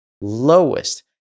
lowest